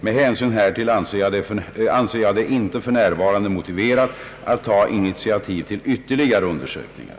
Med hänsyn härtill anser jag det inte f. n. motiverat att ta initiativ till ytterligare undersökningar.